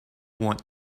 want